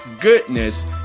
goodness